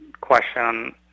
question